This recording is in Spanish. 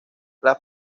las